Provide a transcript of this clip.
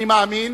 אני מאמין